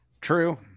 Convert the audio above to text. True